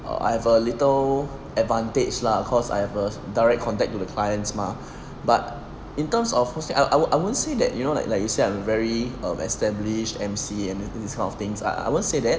err I have a little advantage lah cause I have a direct contact to the clients mah but in terms of hosting I'll I'll I wouldn't say that you know like like you say I'm a very um established M_C this kind of things I won't say that